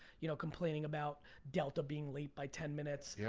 you know complaining about delta being late by ten minutes, yeah